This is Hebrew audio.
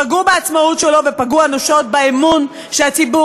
פגעו בעצמאות שלו ופגעו אנושות באמון שהציבור